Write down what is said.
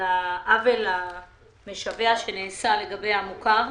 לעוול המשווע שנעשה לחינוך המוכר.